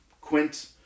Quint